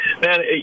man